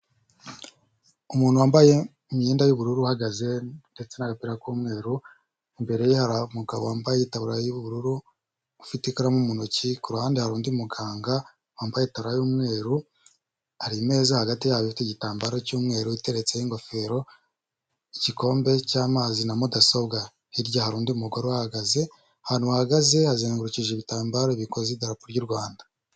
Umuntu wambaye imyenda y'ubururu ahagaze ndetse n'agapira k'umweru, imbere ye hari umugabo wambaye itaburiya y'ubururu ufite ikaramu mu ntoki, ku ruhande hari undi muganga wambaye itaburiya y'umweru hari imeza hagati yabo ifite igitambaro cy'umweru iteretseho ingofero, igikombe cy'amazi na mudasobwa, hirya hari undi mugore uhahagaze, ahantu bahagaze hazengurukije ibitambaro bikoze idarapo ry' Rwanda.